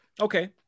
Okay